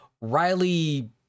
Riley